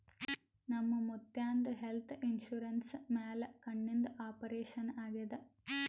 ನಮ್ ಮುತ್ಯಾಂದ್ health insurance ಮ್ಯಾಲ ಕಣ್ಣಿಂದ್ ಆಪರೇಷನ್ ಆಗ್ಯಾದ್